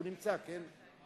הוא נמצא, כן?